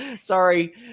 Sorry